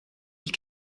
nie